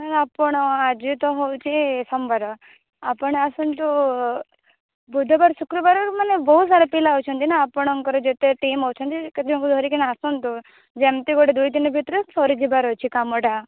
ଆଉ ଆପଣ ଆଜି ତ ହେଉଛି ସୋମବାର ଆପଣ ଆସନ୍ତୁ ବୁଧବାର ଶୁକ୍ରବାର ମାନେ ବହୁତ ସାରା ପିଲା ଅଛନ୍ତି ନା ଆପଣଙ୍କର ଯେତେ ଟିମ୍ ଅଛନ୍ତି କେତେ ଜଣଙ୍କୁ ଧରିକିନା ଆସନ୍ତୁ ଯେମିତି ଗୋଟେ ଦୁଇ ଦିନ ଭିତରେ ସରିଯିବାର ଅଛି କାମଟା